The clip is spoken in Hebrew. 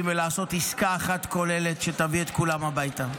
ולעשות עסקה אחת כוללת שתביא את כולם הביתה.